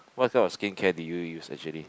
what kind of skincare do you use actually